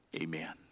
amen